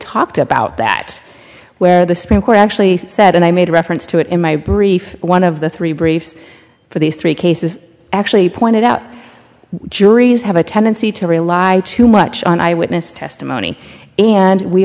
talked about that where the supreme court actually said and i made reference to it in my brief one of the three briefs for these three cases is actually pointed out juries have a tendency to rely too much on eyewitness testimony and we